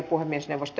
asia